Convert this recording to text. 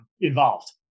involved